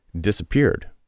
disappeared